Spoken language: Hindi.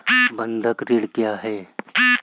बंधक ऋण क्या है?